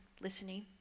listening